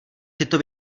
tyto